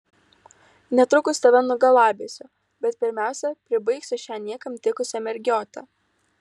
netrukus tave nugalabysiu bet pirmiausia pribaigsiu šią niekam tikusią mergiotę